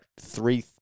three